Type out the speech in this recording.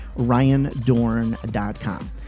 RyanDorn.com